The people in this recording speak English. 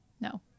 No